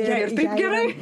jai ir taip gerai